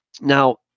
Now